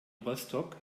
rostock